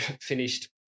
finished